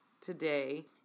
today